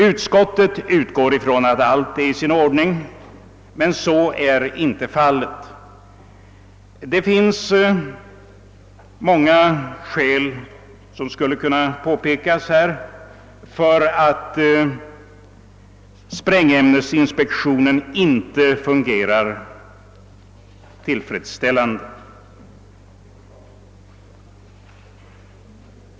Utskottet utgår ifrån att allt är i sin ordning, men så är inte fallet. Det skulle kunna anföras många skäl för påståendet att sprängämnesinspektionen inte fungerar tillfredsställande.